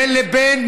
בין לבין,